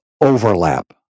overlap